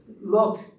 Look